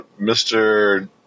Mr